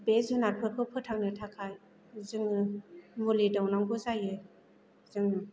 बे जुनादफोरखौ फोथांनो थाखाय जोङो मुलि दौनांगौ जायो जोङो